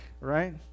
right